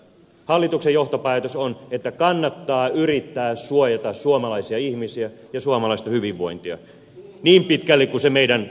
hallituksen johtopäätös on että kannattaa yrittää suojata suomalaisia ihmisiä ja suomalaista hyvinvointia niin pitkälle kuin se meidän käsissämme on